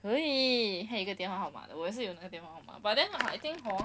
可以还有一个电话号码的我也是有那个电话号码 but then I think hor